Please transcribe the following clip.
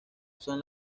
son